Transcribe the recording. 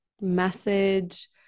message